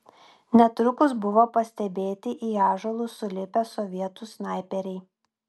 netrukus buvo pastebėti į ąžuolus sulipę sovietų snaiperiai